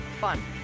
fun